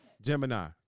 Gemini